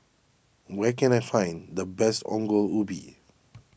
where can I find the best Ongol Ubi